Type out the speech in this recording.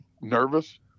nervous